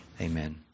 amen